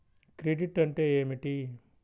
Credit అంటే ఏమిటి?